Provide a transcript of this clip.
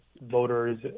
voters